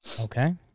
Okay